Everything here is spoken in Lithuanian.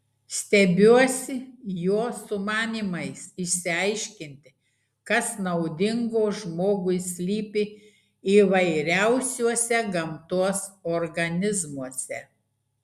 stebiuosi jo sumanymais išsiaiškinti kas naudingo žmogui slypi įvairiausiuose gamtos organizmuose